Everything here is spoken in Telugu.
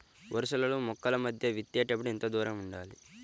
వరసలలో మొక్కల మధ్య విత్తేప్పుడు ఎంతదూరం ఉండాలి?